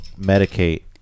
medicate